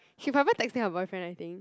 she forever texting her boyfriend I think